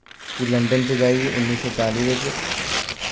कि लंडन च जाइयै उन्नी सौ चाली च